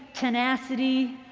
tenacity,